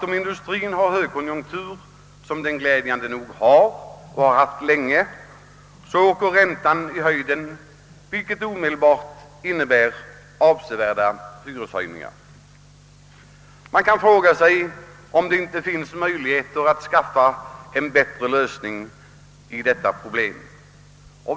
Om industrien har högkonjunktur — som den glädjande nog har och har haft länge — åker alltså räntan i höjden, vilket omedelbart medför avsevärda hyreshöjningar. Finns det inte möjligheter att lösa dessa problem på ett bättre sätt?